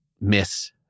miss